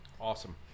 Awesome